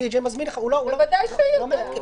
די-ג'יי --- ודאי שהוא יודע.